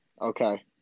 Okay